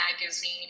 magazine